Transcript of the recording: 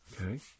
Okay